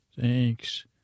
Thanks